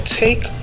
take